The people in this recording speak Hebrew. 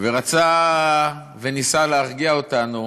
וניסה להרגיע אותנו